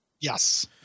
Yes